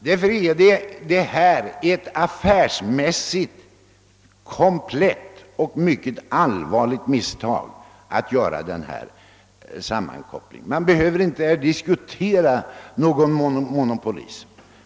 Därför är det ur affärsmässig syn punkt ett mycket allvarligt misstag att göra den föreslagna sammankopplingen. Man behöver inte diskutera någon monopolism.